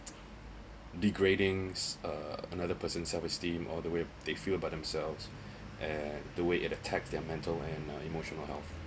degradings uh another person self-esteem or the way they feel about themselves at the way it attacked their mental and emotional health